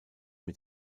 mit